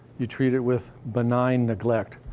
you treat it with benign neglect,